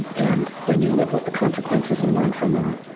and then you live with the consequences and learn from them,